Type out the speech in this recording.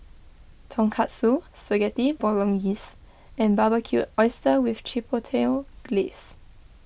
Tonkatsu Spaghetti Bolognese and Barbecued Oysters with Chipotle Glaze